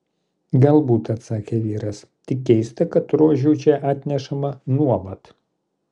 galbūt atsakė vyras tik keista kad rožių čia atnešama nuolat